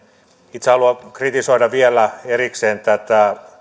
itse haluan kritisoida vielä erikseen tätä